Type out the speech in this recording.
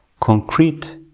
concrete